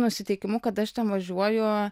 nusiteikimu kad aš ten važiuoju